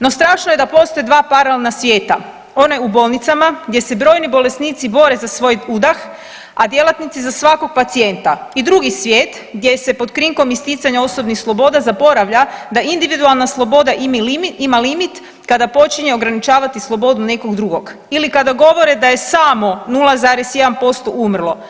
No, strašno je da postoje dva paralelna svijeta, onaj u bolnicama, gdje se brojni bolesnici bore za svoj udah, a djelatnici za svakog pacijenta i drugi svijet, gdje se pod krinkom isticanja osobnih sloboda zaboravlja da individualna sloboda ima limit kada počinjen ograničavati slobodu nekog drugog ili kada govore da je samo 0,1% umrlo.